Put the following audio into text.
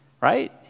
Right